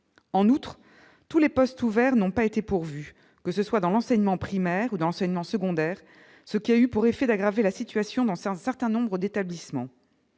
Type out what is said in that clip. en outre tous les postes ouverts n'ont pas été pourvu que ce soit dans l'enseignement primaire ou dans l'enseignement secondaire, ce qui a eu pour effet d'aggraver la situation dans un certain nombre d'établissements,